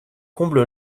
comble